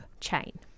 chain